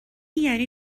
یعنی